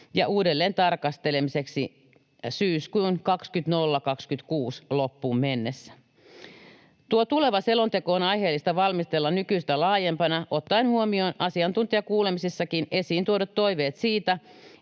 ja uudelleentarkastelemiseksi syyskuun 2026 loppuun mennessä. Tuo tuleva selonteko on aiheellista valmistella nykyistä laajempana ottaen huomioon asiantuntijakuulemisissakin esiin tuodut toiveet siitä,